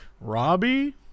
Robbie